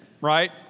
right